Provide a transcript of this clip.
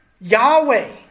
Yahweh